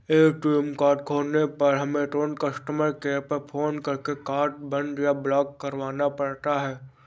ATM card खोने पर हमें तुरंत कस्टमर केयर पर फ़ोन करके कार्ड बंद या ब्लॉक करवाना पड़ता है